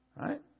Right